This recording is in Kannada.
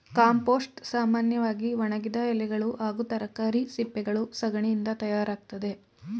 ಕಾಂಪೋಸ್ಟ್ ಸಾಮನ್ಯವಾಗಿ ಒಣಗಿದ ಎಲೆಗಳು ಹಾಗೂ ತರಕಾರಿ ಸಿಪ್ಪೆಗಳು ಸಗಣಿಯಿಂದ ತಯಾರಾಗ್ತದೆ